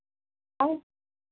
आँय